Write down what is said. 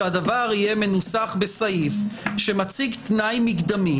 שהדבר יהיה מנוסח בסעיף שמציג תנאי מקדמי.